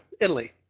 Italy